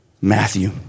Matthew